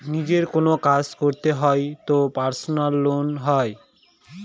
নিজের কোনো কাজ করতে হয় তো পার্সোনাল লোন হয়